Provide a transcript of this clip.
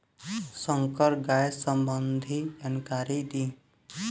संकर गाय संबंधी जानकारी दी?